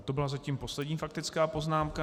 To byla zatím poslední faktická poznámka.